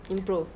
improve